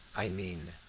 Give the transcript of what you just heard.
i mean,